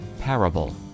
parable